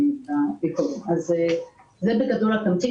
זה בגדול התמצית.